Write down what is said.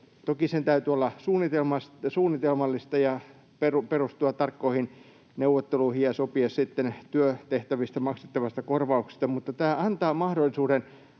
Toki sen täytyy olla suunnitelmallista ja perustua tarkkoihin neuvotteluihin ja täytyy sopia sitten työtehtävistä maksettavasta korvauksesta, mutta tämä antaa mahdollisuuden